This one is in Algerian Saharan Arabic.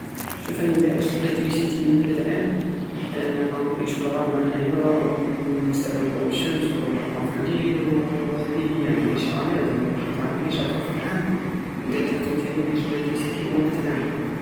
شوف انا ادا عشت بلا تريسيتي لمدة عام ا نروح نعيش في الغابة انايا ونستعمل دو الشمس ودو لقمر فلليل وهدي هي ونعيش اليز انا كنت راه نعيش هكا فرحان ادا تحمت عليا نعيش بلا تريسيتي لمدة عام